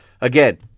again